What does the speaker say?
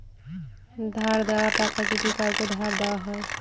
ধার দেওয়া টাকা যদি কাওকে ধার দেওয়া হয়